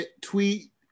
tweet